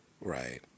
Right